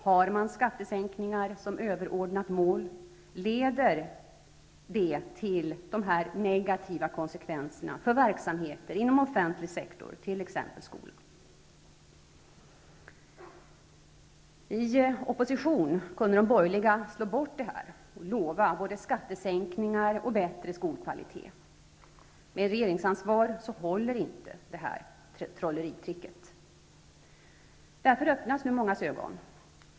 Har man skattesänkningar som överordnat mål, leder det till dessa negativa konsekvenser för verksamheter inom offentlig sektor, t.ex. skola. I opposition kunde de borgerliga slå bort detta och lova både skattesänkningar och bättre skolkvalitet. Med regeringsansvar håller inte detta trolleritrick. Därför öppnas nu mångas ögon.